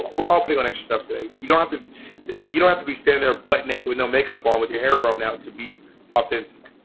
we're all putting on stuff today. you don't want you don't want to be stand there, but make it with no makeup on with your hair grown out to be authentic